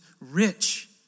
rich